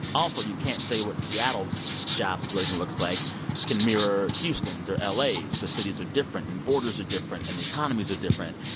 also, you can't say what seattle's job situation looks like can mirror houston's or la's because cities are different and borders are different and the economies are different.